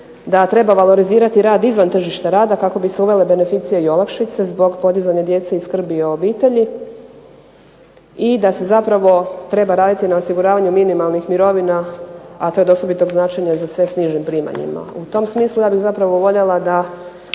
da treba valorizirati rad izvan tržišta rada kako bi se uvele beneficije i olakšice zbog podizanja djece i skrbi o obitelji i da se zapravo treba raditi na osiguravanju minimalnih mirovina, a to je od osobitog značenja za sve s nižim primanjima. U tom smislu ja bih zapravo voljela da